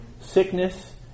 Sickness